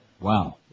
wow